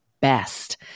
best